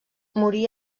morí